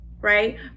right